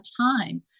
time